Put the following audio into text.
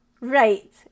Right